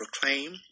proclaim